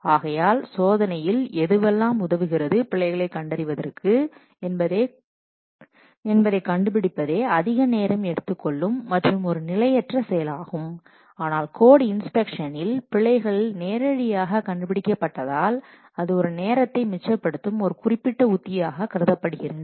ஆகையால் சோதனையில் எதுவெல்லாம் உதவுகிறது பிழைகளை கண்டறிவதற்கு என்பதை கண்டுபிடிப்பதே அதிக நேரம் எடுத்துக்கொள்ளும் மற்றும் ஒரு நிலையற்ற செயலாகும் ஆனால் கோட் இன்ஸ்பெக்ஷனில் பிழைகள் நேரடியாக கண்டுபிடிக்கப்பட்டதால் அது ஒரு நேரத்தை மிச்சப்படுத்தும் ஒரு குறிப்பிட்ட உத்தியாக கருதப்படுகிறது